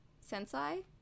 sensei